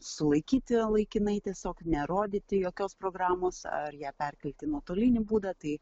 sulaikyti laikinai tiesiog nerodyti jokios programos ar ją perkelt į nuotolinį būdą tai